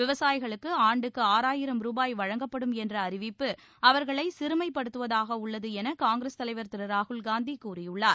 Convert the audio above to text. விவசாயிகளுக்கு ஆண்டுக்கு ஆறாயிரம் ருபாய் வழங்கப்படும் என்ற அறிவிப்பு அவர்களை சிறுமைப்படுத்துவதாக உள்ளது என காங்கிரஸ் தலைவர் திரு ராகுல் காந்தி கூறியுள்ளார்